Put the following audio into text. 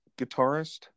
guitarist